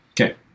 okay